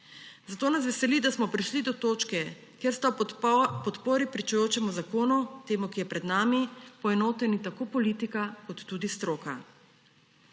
Zato nas veseli, da smo prišli do točke, kjer sta v podpori pričujočemu zakonu, temu, ki je pred nami, poenoteni tako politika kot tudi stroka.